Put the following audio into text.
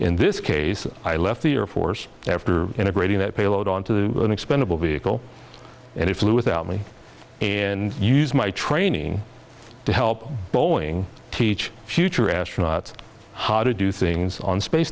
in this case i left the air force after integrating that payload onto the expendable be able and it flew without me in use my training to help boeing teach future astronauts how to do things on space